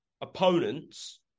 opponents